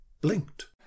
Blinked